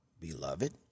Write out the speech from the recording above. beloved